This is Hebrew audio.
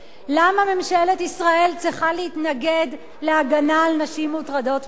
למה ממשלת ישראל צריכה להתנגד להגנה על נשים מוטרדות מינית?